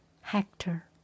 Hector